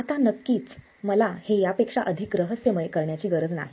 आता नक्कीच मला हे यापेक्षा अधिक रहस्यमय करण्याची गरज नाही